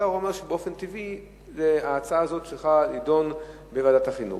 השר אומר שבאופן טבעי ההצעה הזאת צריכה להידון בוועדת החינוך,